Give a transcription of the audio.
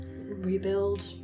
Rebuild